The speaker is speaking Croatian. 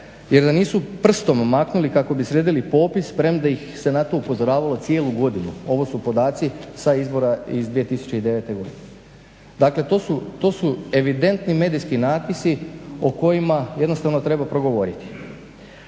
jer da nisu prstom maknuli kako bi sredili popis, premda ih se na to upozoravalo cijelu godinu, ovo su podaci sa izbora iz 2009. godine. Dakle, to su evidentni medijski natpisi o kojima jednostavno treba progovoriti.